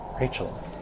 Rachel